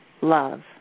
love